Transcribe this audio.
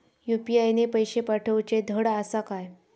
UPI ने पैशे पाठवूचे धड आसा काय?